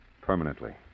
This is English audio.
Permanently